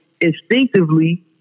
instinctively